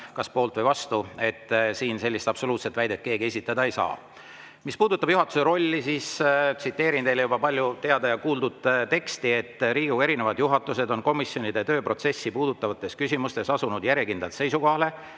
kas poolt või vastu, aga siin sellist absoluutset väidet keegi esitada ei saa. Mis puudutab juhatuse rolli, siis tsiteerin teile juba teada ja palju kuuldud teksti, et Riigikogu erinevad juhatused on komisjonide tööprotsessi puudutavates küsimustes asunud järjekindlalt seisukohale,